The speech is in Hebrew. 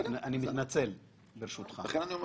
כשאני שואל